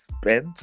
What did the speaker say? spent